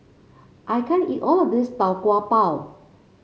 I can't eat all of this Tau Kwa Pau